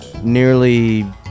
nearly